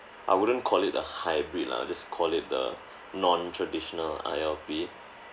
I wouldn't call it a hybrid lah I'll just call it the non traditional I_L_P